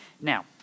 Now